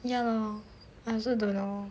ya lor I also don't know